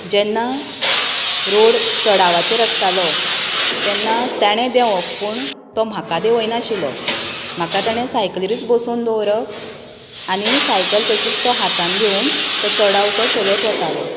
जेन्ना रोड चडावाचेर आसतालो तेन्ना तांणे देंवप पूण तो म्हाका देंवय नाशिल्लो म्हाका ताणे सायकलीर बसोवन दवरप आनी सायकल तशींच तो हातान घेवन तो चडाव तो चडत वतालो